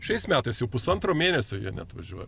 šiais metais jau pusantro mėnesio jie neatvažiuoja